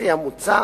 לפי המוצע,